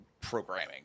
programming